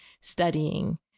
studying